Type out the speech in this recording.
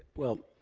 well,